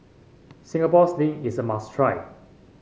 Singapore Sling is a must try